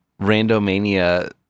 Randomania